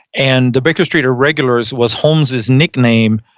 and the baker street irregulars was holmes his nickname.